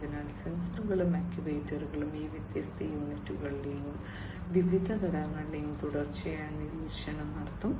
അതിനാൽ സെൻസറുകളും ആക്യുവേറ്ററുകളും ഈ വ്യത്യസ്ത യൂണിറ്റുകളുടെയും വിവിധ ഘട്ടങ്ങളുടെയും തുടർച്ചയായ നിരീക്ഷണം നടത്തും